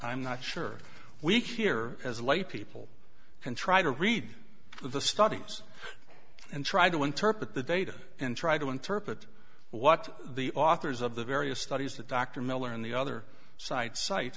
i'm not sure we hear as light people can try to read the studies and try to interpret the data and try to interpret what the authors of the various studies that dr miller on the other side cite